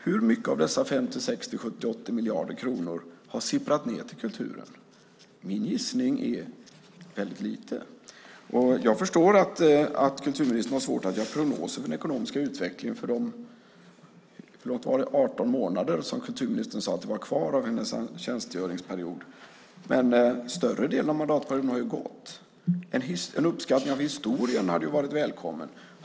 Hur mycket av dessa 50, 60, 70, 80 miljarder kronor har sipprat ned till kulturen? Min gissning är: väldigt lite. Jag förstår att kulturministern har svårt att göra prognoser för den ekonomiska utvecklingen för de - förlåt, var det 18 månader som kulturministern sade var kvar av hennes tjänstgöringsperiod? Men större delen av mandatperioden har ju gått. En uppskattning av historien hade ju varit välkommen.